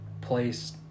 place